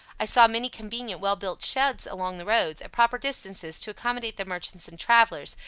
i saw many convenient well-built sheds along the roads, at proper distances, to accommodate the merchants and travellers,